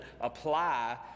apply